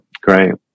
Great